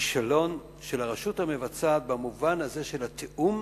כישלון של הרשות המבצעת, במובן הזה של התיאום